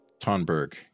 Tonberg